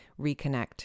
reconnect